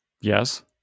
Yes